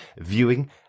viewing